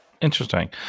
Interesting